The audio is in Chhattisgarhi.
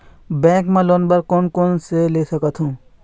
बैंक मा लोन बर कोन कोन ले सकथों?